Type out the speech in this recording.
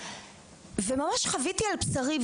וממש חוויתי על בשרי,